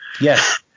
Yes